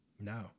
No